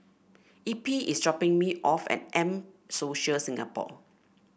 Eppie is dropping me off at M Social Singapore